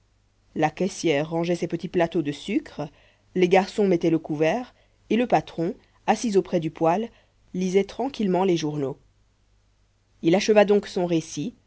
la caissière rangeait ses petits plateaux de sucre les garçons mettaient le couvert et le patron assis auprès du poêle lisait tranquillement les journaux il acheva donc son récit